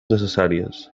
necessàries